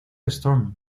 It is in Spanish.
storm